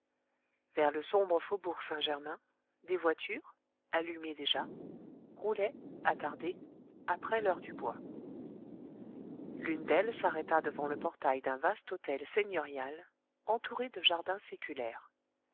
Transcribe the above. vers le sombre faubourg saint-germain des voitures allumées déjà roulaient attardées après l'heure du bois l'une d'elles s'arrêta devant le portail d'un vaste hôtel seigneurial entouré de jardins séculaires